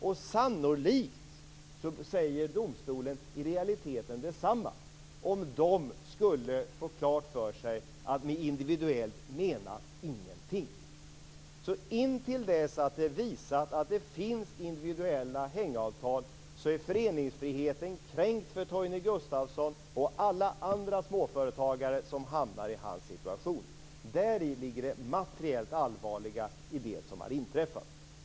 Och sannolikt säger domstolen i realiteten detsamma, om den skulle få klart för sig att med "individuellt" menas ingenting. Intill dess att det är visat att det finns individuella hängavtal är föreningsfriheten kränkt för Torgny Gustafsson och alla andra småföretagare som hamnar i hans situation. Däri ligger det materiellt allvarliga i det som har inträffat.